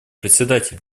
председатель